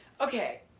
Okay